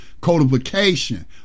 Codification